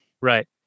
Right